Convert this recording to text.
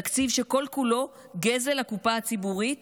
תקציב שכל-כולו גזל הקופה הציבורית